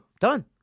Done